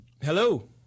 Hello